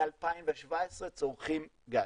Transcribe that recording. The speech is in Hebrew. מ-2017 צורכים גז.